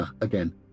again